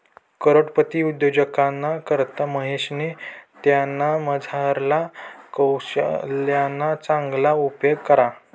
करोडपती उद्योजकताना करता महेशनी त्यानामझारला कोशल्यना चांगला उपेग करा